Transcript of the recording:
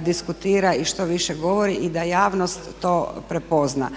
diskutira i što više govori i da javnost to prepozna.